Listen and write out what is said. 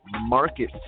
market